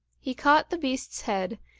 he caught the beast's head,